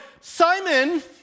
Simon